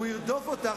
הוא ירדוף אותך.